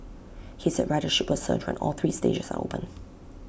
he said ridership will surge when all three stages are open